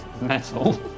Metal